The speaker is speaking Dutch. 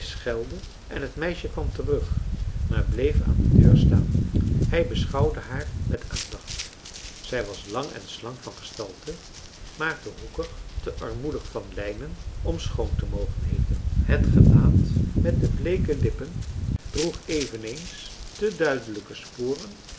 schelde en het meisje kwam terug maar bleef aan de deur staan hij beschouwde haar met aandacht zij was lang en slank van gestalte maar te hoekig te armoedig van lijnen om schoon te mogen heeten het gelaat met de bleeke lippen droeg eveneens te duidelijke sporen